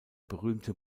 berühmte